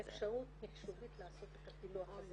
אין לנו אפשרות מחשובית לעשות את הפילוח הזה.